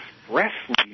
expressly